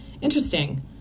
Interesting